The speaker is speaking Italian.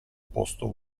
posto